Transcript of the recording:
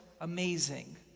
amazing